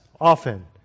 often